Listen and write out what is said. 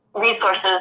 resources